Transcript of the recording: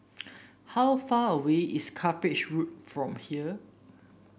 how far away is Cuppage Road from here